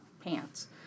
pants